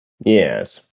Yes